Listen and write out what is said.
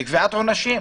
וקביעת עונשים.